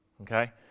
Okay